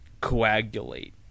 coagulate